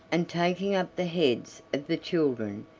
and taking up the heads of the children,